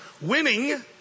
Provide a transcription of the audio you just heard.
winning